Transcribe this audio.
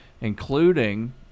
including